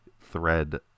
thread